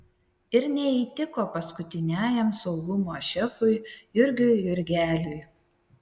ir neįtiko paskutiniajam saugumo šefui jurgiui jurgeliui